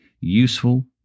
useful